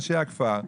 אנשי הכפר,